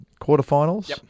quarterfinals